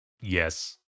Yes